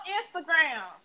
Instagram